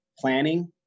planning